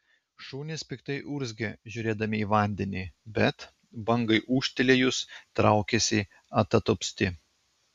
šunys piktai urzgė žiūrėdami į vandenį bet bangai ūžtelėjus traukėsi atatupsti